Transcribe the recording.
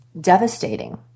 devastating